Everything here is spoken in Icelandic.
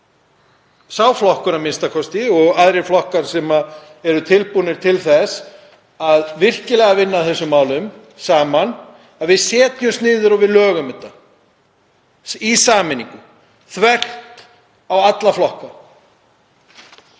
sá flokkur a.m.k. og aðrir flokkar sem eru tilbúnir til þess að vinna virkilega að þessum málum saman — að við setjumst niður og við lögum þetta í sameiningu, þvert á alla flokka.